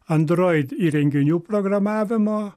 android įrenginių programavimo